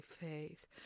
faith